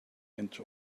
into